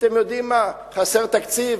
אתם יודעים מה, חסר תקציב?